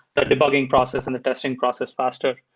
the debugging process and the testing process faster.